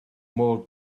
mor